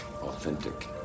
authentic